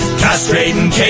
castrating